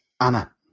Anna